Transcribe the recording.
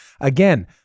Again